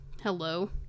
hello